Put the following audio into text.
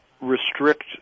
restrict